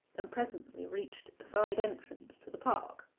and presently reached a side entrance to the park.